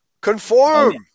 Conform